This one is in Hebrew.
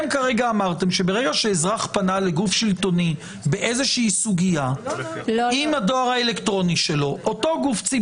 אז הוא לא עמד בדרישות.